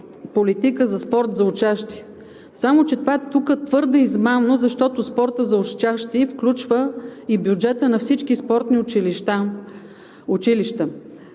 политика за спорт за учащи. Само че това тук е твърде измамно, защото спортът за учащи включва и бюджета на всички спортни училища.